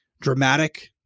dramatic